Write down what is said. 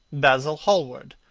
basil hallward,